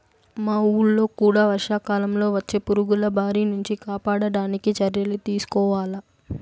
మా వూళ్ళో కూడా వర్షాకాలంలో వచ్చే పురుగుల బారి నుంచి కాపాడడానికి చర్యలు తీసుకోవాల